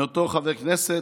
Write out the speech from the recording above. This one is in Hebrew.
מאותו חבר כנסת,